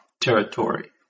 territory